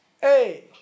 Hey